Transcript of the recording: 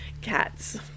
Cats